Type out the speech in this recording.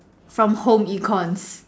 from from home econs